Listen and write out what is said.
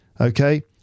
Okay